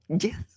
yes